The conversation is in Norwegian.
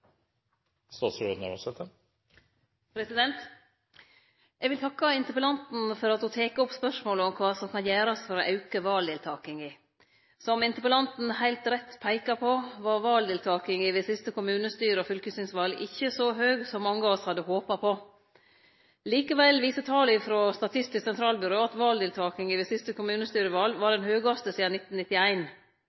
vil takke interpellanten for at ho tek opp spørsmålet om kva som kan gjerast for å auke valdeltakinga. Som interpellanten heilt rett peikar på, var valdeltakinga ved siste kommunestyre- og fylkestingsval ikkje så høg som mange av oss hadde håpa på. Likevel viser tal frå Statistisk sentralbyrå at valdeltakinga ved siste kommunestyreval var den høgaste